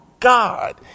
God